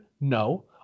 No